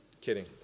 Kidding